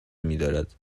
میدارد